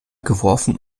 geworfen